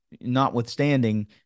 notwithstanding –